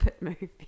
movie